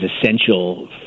essential